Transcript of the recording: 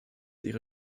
ihre